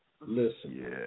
Listen